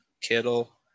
Kittle